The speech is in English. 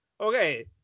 okay